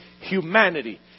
humanity